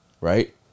right